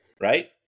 right